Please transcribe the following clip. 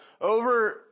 over